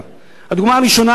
הראשונה,